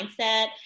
mindset